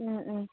ꯎꯝ ꯎꯝ